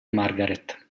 margaret